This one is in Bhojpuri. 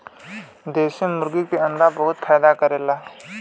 देशी मुर्गी के अंडा बहुते फायदा करेला